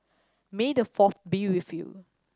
may the Fourth be with you